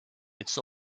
its